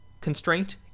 constraint